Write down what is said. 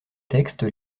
textes